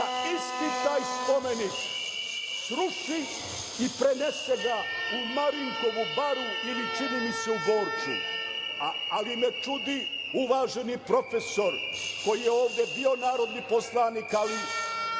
da isti taj spomenik sruši i prenese ga u Marinkovu baru ili, čini mi se, u Borču. Ali me čudi uvaženi profesor, koji je ovde bio narodni poslanik, ali